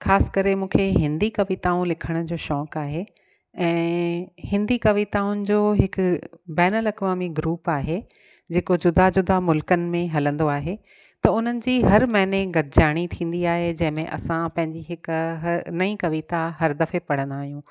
ख़ासि करे मूंखे हिंदी कविताऊं लिखण जो शौक़ु आहे ऐं हिंदी कविताउनि जो हिक बेनल लकवा में ग्रुप आहे जेको जुदा जुदा मुल्कनि में हलंदो आहे त उन्हनि जी हर महीने गॾिजाणी थींदी आहे जंहिं में असां पंहिंजी हिक ह नई कविता हर दफ़े पढ़ंदा आहियूं